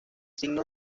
signo